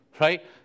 right